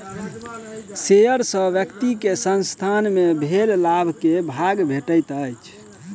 share सॅ व्यक्ति के संसथान मे भेल लाभ के भाग भेटैत अछि